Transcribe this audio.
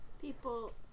People